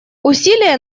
усилия